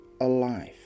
alive